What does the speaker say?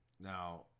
Now